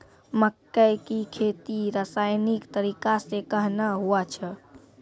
मक्के की खेती रसायनिक तरीका से कहना हुआ छ?